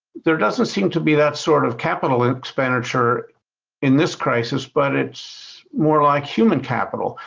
there doesn't seem to be that sort of capital expenditure in this crisis but it's more like human capital.